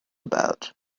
about